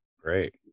Great